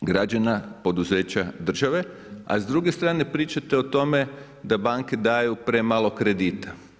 građana, poduzeća, države, a s druge strane pričate o tome, da banke daju premalo kredita.